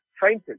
fainted